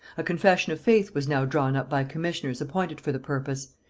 a confession of faith was now drawn up by commissioners appointed for the purpose,